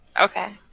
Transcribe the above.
okay